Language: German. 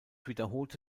wiederholte